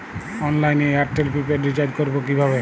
অনলাইনে এয়ারটেলে prepaid recharge করবো কিভাবে?